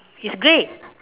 it's grey